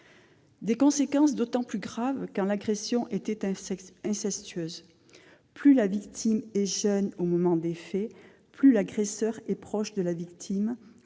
Les conséquences sont encore plus graves quand l'agression était incestueuse : plus la victime est jeune au moment des faits, plus l'agresseur est proche d'elle,